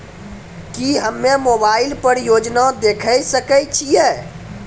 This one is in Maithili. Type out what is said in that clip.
की हम्मे मोबाइल पर योजना देखय सकय छियै?